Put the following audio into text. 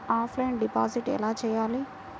Offline deposit ఎలా చేయాలి?